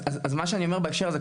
אז מה שאני אומר בהקשר הזה,